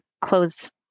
close